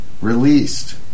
released